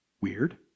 weird